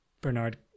Bernard